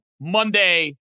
Monday